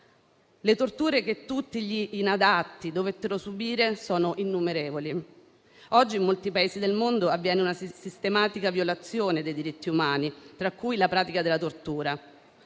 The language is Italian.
Le torture che tutti gli "inadatti" dovettero subire furono innumerevoli. Oggi, in molti Paesi del mondo, avviene una sistematica violazione dei diritti umani, tra cui la pratica della tortura.